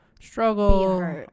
struggle